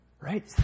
Right